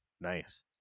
Nice